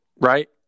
right